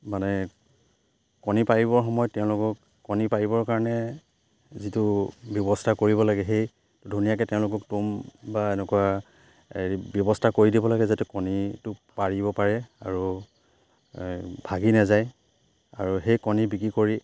মানে কণী পাৰিবৰ সময়ত তেওঁলোকক কণী পাৰিবৰ কাৰণে যিটো ব্যৱস্থা কৰিব লাগে সেই ধুনীয়াকে তেওঁলোকক টুম বা এনেকুৱা হেৰি ব্যৱস্থা কৰি দিব লাগে যাতে কণীটো পাৰিব পাৰে আৰু ভাগি নেযায় আৰু সেই কণী বিক্ৰী কৰি